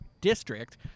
district